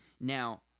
Now